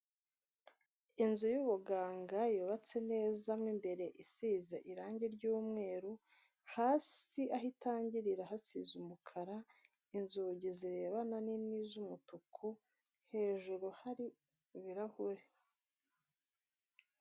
Inzu y'ubuganga yubatse neza, mo imbere isize irangi ry'umweru, hasi aho itangirira hasize umukara, inzugi zirebana nini z'umutuku, hejuru hari ibirahuri.